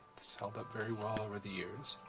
it's held up very well over the years.